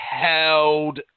held